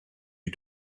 you